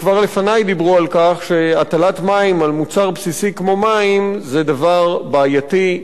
כבר לפני דיברו על כך שהטלת מע"מ על מוצר בסיסי כמו מים זה דבר בעייתי,